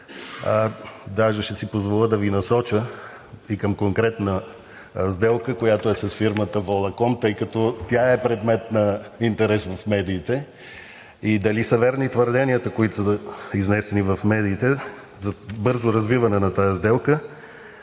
Даже ще си позволя да Ви насоча и към конкретна сделка, която е с фирмата „Волаком“, тъй като тя е предмет на интерес в медиите и дали са верни твърденията, които са изнесени в медиите за бързо развиване на тази сделка,